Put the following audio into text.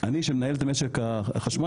אני שמנהל את משק החשמל,